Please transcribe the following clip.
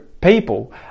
people